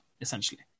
essentially